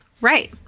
Right